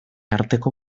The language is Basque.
arteko